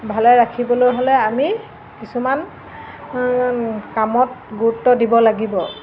ভালে ৰাখিবলৈ হ'লে আমি কিছুমান কামত গুৰুত্ব দিব লাগিব